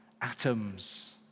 atoms